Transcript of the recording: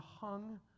hung